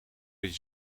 dat